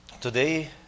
today